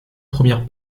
première